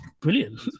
brilliant